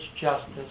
justice